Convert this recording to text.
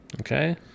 Okay